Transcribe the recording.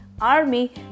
army